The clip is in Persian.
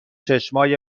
چشمای